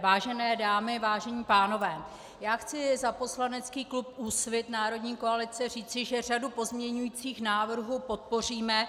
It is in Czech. Vážené dámy, vážení pánové, chci za poslanecký klub Úsvit Národní koalice říci, že řadu pozměňujících návrhů podpoříme.